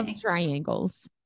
triangles